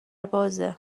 بازه